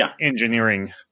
engineering